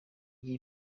gihe